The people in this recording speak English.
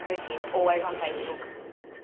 so she is always on facebook